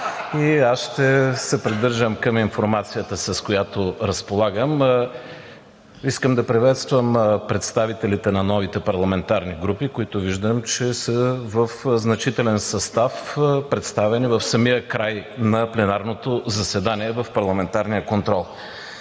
аз ще се придържам към информацията, с която разполагам. Искам да приветствам представителите на новите парламентарни групи, които виждам, че са представени в значителен състав в самия край на пленарното заседание в парламентарния контрол.